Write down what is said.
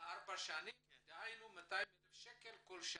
לארבע שנים, דהיינו 200,000 שקל כל שנה.